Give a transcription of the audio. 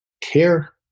care